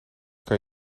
kan